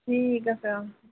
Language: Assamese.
ঠিক আছে অঁ